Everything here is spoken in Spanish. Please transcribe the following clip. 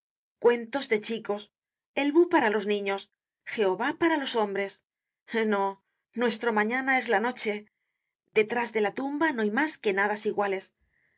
cuentos de chicos el bu para los niños jehova para los hombres no muestro mañana es la noche detrás de la tumba no hay mas que nadas iguales